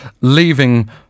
leaving